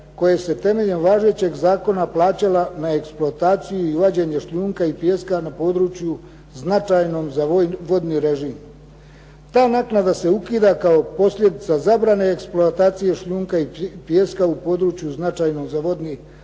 koje se temeljem važećeg zakona plaćala na eksploataciju i vađenje šljunka i pijeska na području značajnom za vodni režim. Ta naknada se ukida kao posljedica zabrane eksploatacije šljunka i pijeska u području značajnom za vodni režim